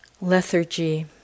lethargy